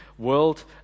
world